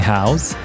House